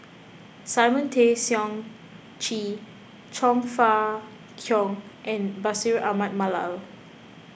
Simon Tay Seong Chee Chong Fah Cheong and Bashir Ahmad Mallal